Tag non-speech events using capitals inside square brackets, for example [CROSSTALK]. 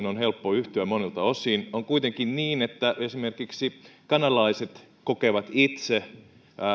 [UNINTELLIGIBLE] on helppo yhtyä monilta osin on kuitenkin niin että esimerkiksi kanadalaiset kokevat itse